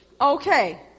Okay